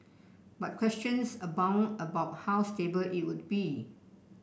but questions abound about how stable it would be